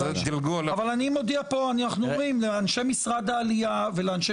אבל אנו אומרים לאנשי משרד העלייה ולאנשי